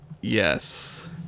Yes